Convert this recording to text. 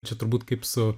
čia turbūt kaip su